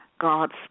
God's